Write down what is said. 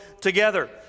together